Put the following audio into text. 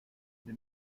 des